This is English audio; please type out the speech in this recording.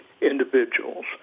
individuals